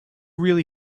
really